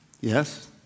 Yes